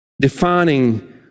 Defining